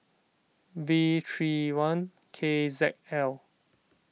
V three one K Z L